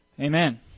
Amen